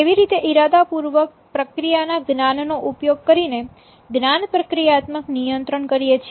કેવી રીતે ઇરાદાપૂર્વક પ્રક્રિયાના જ્ઞાનનો ઉપયોગ કરીને જ્ઞાન પ્રક્રિયાત્મક નિયંત્રણ કરીએ છીએ